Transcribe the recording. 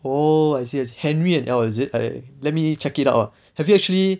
oh I see I see henry and L is it I let me check it out ah have you actually